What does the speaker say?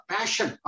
Passion